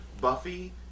Buffy